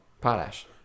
potash